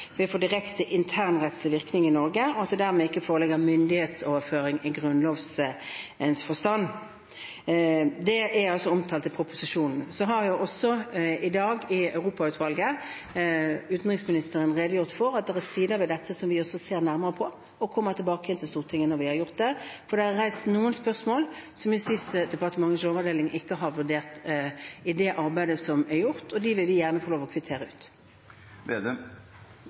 direkte internrettslig virkning i Norge, og at det dermed ikke foreligger myndighetsoverføring i Grunnlovens forstand. Det er omtalt i proposisjonen. I dag, i Europautvalget, har utenriksministeren redegjort for at det er sider ved dette som vi ser nærmere på, og vi kommer tilbake til Stortinget når vi har gjort det. For det er reist noen spørsmål som Justis- og beredskapsdepartementets lovavdeling ikke har vurdert i det arbeidet som er gjort, og dem vil vi gjerne få lov til å kvittere